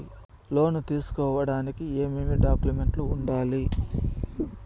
లోను తీసుకోడానికి ఏమేమి డాక్యుమెంట్లు ఉండాలి